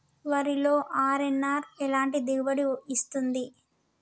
వరిలో అర్.ఎన్.ఆర్ ఎలాంటి దిగుబడి ఇస్తుంది?